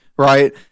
right